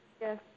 Yes